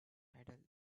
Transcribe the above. idol